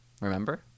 Remember